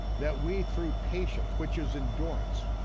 that we through patience, which is endurance,